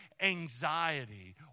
anxiety